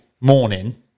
morning